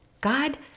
God